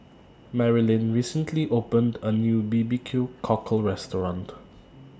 Maralyn recently opened A New B B Q Cockle Restaurant